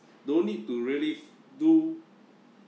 don't need to really do